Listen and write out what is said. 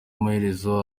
amaherezo